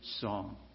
song